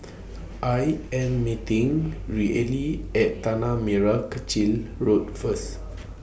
I Am meeting Reilly At Tanah Merah Kechil Road First